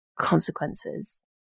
consequences